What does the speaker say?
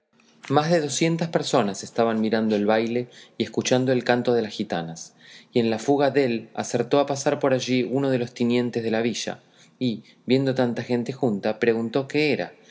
más de docientas personas estaban mirando el baile y escuchando el canto de las gitanas y en la fuga dél acertó a pasar por allí uno de los tinientes de la villa y viendo tanta gente junta preguntó qué era